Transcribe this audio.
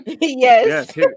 yes